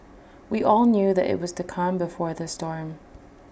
we all knew that IT was the calm before the storm